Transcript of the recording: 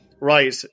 Right